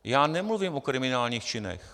Já nemluvím o kriminálních činech.